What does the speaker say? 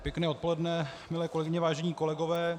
Pěkné odpoledne, milé kolegyně, vážení kolegové.